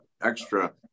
extra